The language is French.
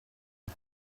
les